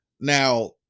Now